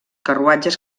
carruatges